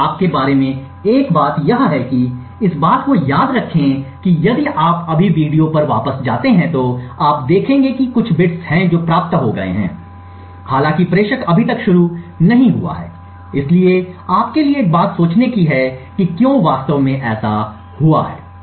अब आपके बारे में एक बात यह है कि इस बात को याद रखें कि यदि आप अभी वीडियो पर वापस जाते हैं तो आप देखेंगे कि कुछ बिट्स हैं जो प्राप्त हो गए हैं हालांकि प्रेषक अभी तक शुरू नहीं हुआ है इसलिए आपके लिए एक बात सोचने की है कि क्यों वास्तव में ऐसा हुआ है